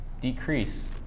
decrease